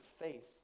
faith